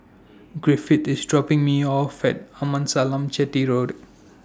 Griffith IS dropping Me off At Amasalam Chetty Road